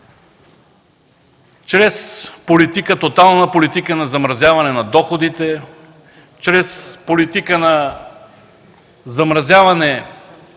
чрез тотална политика на замразяване на доходите, чрез политика на замразяване